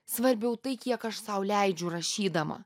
svarbiau tai kiek aš sau leidžiu rašydama